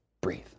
breathe